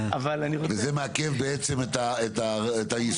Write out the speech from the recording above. בעצם, זה מעכב את היישום.